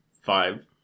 five